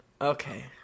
Okay